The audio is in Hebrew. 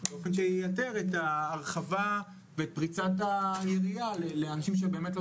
באופן שייתר את ההרחבה ואת פריסת היריעה לאנשים שבאמת לא